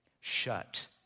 Shut